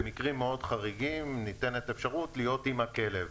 במקרים מאוד חריגים ניתנת אפשרות להיות עם הכלב.